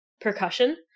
percussion